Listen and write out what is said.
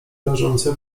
leżące